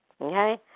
Okay